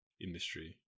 industry